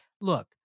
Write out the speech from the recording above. Look